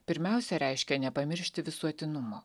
pirmiausia reiškia nepamiršti visuotinumo